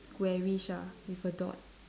squarish ah with a dot